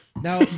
Now